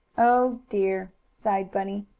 oh dear! sighed bunny.